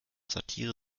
satire